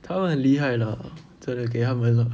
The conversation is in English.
他们很厉害啦这个给他们啦